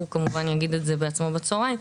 הוא כמובן יגיד את זה בעצמו בצהריים,